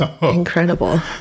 Incredible